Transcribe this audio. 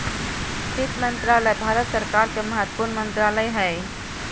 वित्त मंत्रालय भारत सरकार के महत्वपूर्ण मंत्रालय हइ